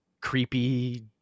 creepy